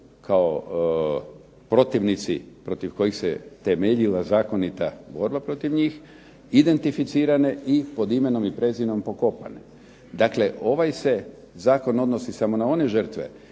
kao protivnici protiv kojih se temeljila zakonita borba protiv njih identificirane i pod imenom i prezimenom pokopane. Dakle ovaj se zakon odnosi samo na one žrtve